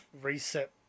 reset